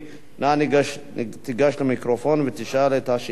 נא גש למיקרופון ושאל את השאילתא.